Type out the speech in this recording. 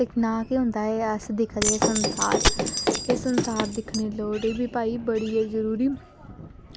इक्क ना ते होंदा गै अस दिक्खदे संसार संसार दिक्खने दी भई लोड़ बी जरूरी